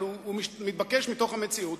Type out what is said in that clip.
אבל הוא מתבקש מתוך המציאות,